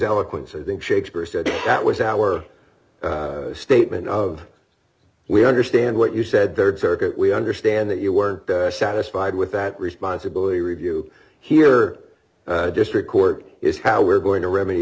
eloquence i think shakespeare said that was our statement of we understand what you said rd circuit we understand that you weren't satisfied with that responsibility review here district court is how we're going to remedy